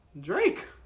Drake